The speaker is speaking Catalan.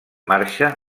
marxa